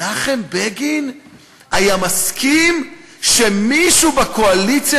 מנחם בגין היה מסכים שמישהו בקואליציה